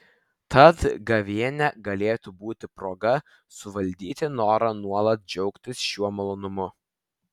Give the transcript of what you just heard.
tad gavėnia galėtų būti proga suvaldyti norą nuolat džiaugtis šiuo malonumu